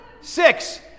Six